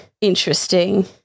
interesting